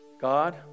God